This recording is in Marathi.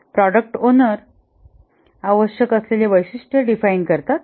प्रॉडक्ट ओनर आवश्यक असलेले वैशिष्ट्ये डिफाइन करतात